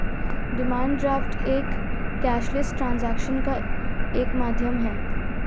demand draft एक cashless transaction का एक माध्यम है